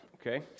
okay